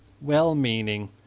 well-meaning